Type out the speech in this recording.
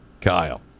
Kyle